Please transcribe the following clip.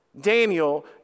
Daniel